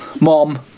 Mom